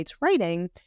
writing